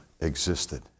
existed